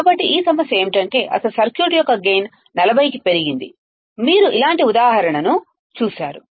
కాబట్టి ఈ సమస్య ఏమిటంటే అసలు సర్క్యూట్ యొక్క గైన్ 40 కి పెరిగింది మీరు ఇలాంటి ఉదాహరణను చూశారు